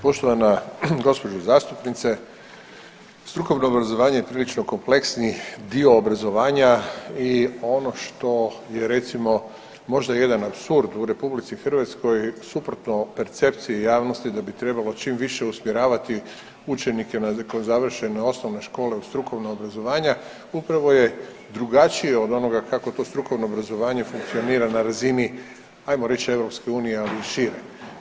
Poštovana gospođo zastupnice strukovno obrazovanje je prilično kompleksni dio obrazovanja i ono što je recimo jedan apsurd u Republici Hrvatskoj suprotno percepciji javnosti da bi trebalo čim više usmjeravati učenike nakon završene osnovne škole u strukovna obrazovanja upravo je drugačije od onoga kako to strukovno obrazovanje funkcionira na razini hajmo reći EU ali i šire.